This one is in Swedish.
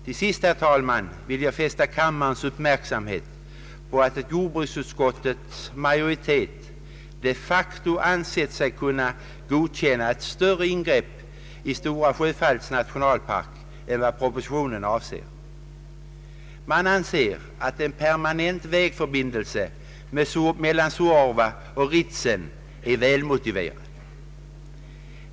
Till sist, herr talman, vill jag fästa kammarens uppmärksamhet på att jordbruksutskottets majoritet de facto ansett sig kunna godkänna ett större ingrepp i Stora Sjöfallets nationalpark än vad propositionen föreslår. Man anser att en permanent vägförbindelse mellan Suorva och Ritsem är välmotiverad.